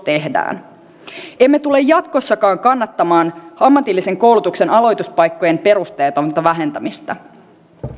tehdään emme tule jatkossakaan kannattamaan ammatillisen koulutuksen aloituspaikkojen perusteetonta vähentämistä